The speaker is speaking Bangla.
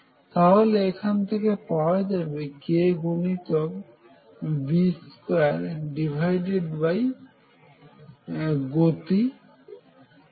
তাহলে এখান থেকে পাওয়া যাবে k গুনিতক B2 ডিভাইডেড বাই গতি A2